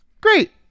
great